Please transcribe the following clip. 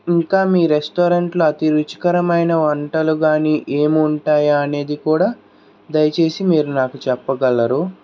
ఇంకా మీ రెస్టారెంట్లో అతి రుచికరమైన వంటలు కాని ఏమి ఉంటాయి అనేది కూడా దయచేసి మీరు నాకు చెప్పగలరు